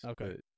Okay